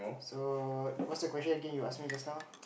so what's the question again you ask me just now